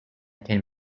ten